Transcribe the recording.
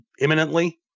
imminently